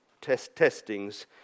testings